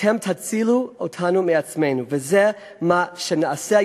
אתם תצילו אותנו מעצמנו, וזה מה שנעשה.